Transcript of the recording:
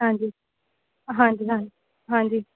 ਹਾਂਜੀ ਹਾਂਜੀ ਹਾਂਜੀ ਹਾਂਜੀ